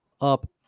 up